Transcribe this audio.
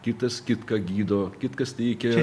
kitas kitką gydo kitkas teikia